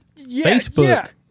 Facebook